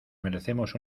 merecemos